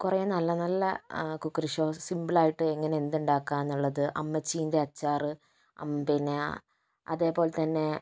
കുറേ നല്ല നല്ല കുക്കറി ഷോസ് സിമ്പിൾ ആയിട്ട് എങ്ങനെ എന്തുണ്ടാക്കാമെന്നുള്ളത് അമ്മച്ചീൻ്റെ അച്ചാറ് അം പിന്നെ അതേപോലെത്തന്നെ